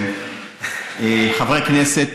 חברי כנסת,